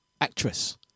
actress